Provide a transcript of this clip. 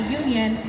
union